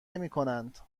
نمیکنند